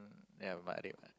ya matrep what